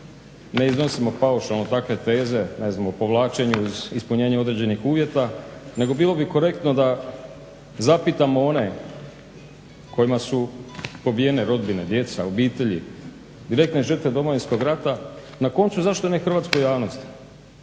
ne iznosimo paušalno takve teze, ne znam o povlačenju uz ispunjenje određenih uvjeta, nego bilo bi korektno da zapitamo one kojima su pobijene rodbine, djeca, obitelji. Direktne žrtve Domovinskog rata, na koncu zašto ne hrvatsku javnost,